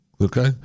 Okay